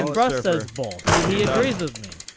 um russ says bull. see, he agrees with me.